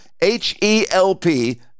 H-E-L-P